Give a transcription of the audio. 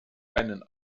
einen